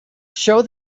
show